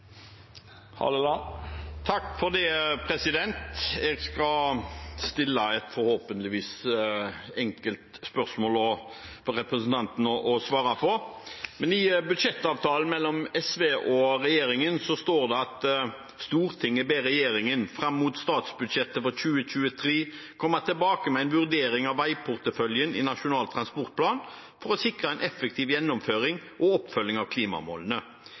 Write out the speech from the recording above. Jeg skal stille et spørsmål som forhåpentligvis er enkelt for representanten å svare på. I budsjettavtalen mellom SV og regjeringspartiene står det: «Stortinget ber Regjeringen frem mot statsbudsjettet for 2023 komme tilbake med en vurdering av veiporteføljen i NTP for å sikre en effektiv gjennomføring og oppfølging av klimamålene.